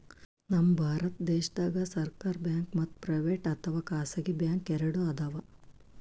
ನಮ್ ಭಾರತ ದೇಶದಾಗ್ ಸರ್ಕಾರ್ ಬ್ಯಾಂಕ್ ಮತ್ತ್ ಪ್ರೈವೇಟ್ ಅಥವಾ ಖಾಸಗಿ ಬ್ಯಾಂಕ್ ಎರಡು ಅದಾವ್